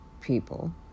people